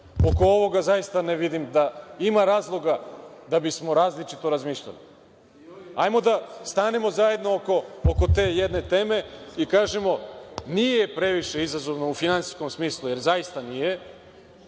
oko ovoga zaista ne vidim da ima razloga da bismo različito razmišljali. Hajde da stanemo zajedno oko te jedne teme i kažemo – nije previše izazovno u finansijskom smislu, jer zaista nije,